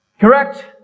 Correct